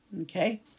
okay